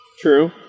True